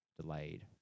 Delayed